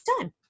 time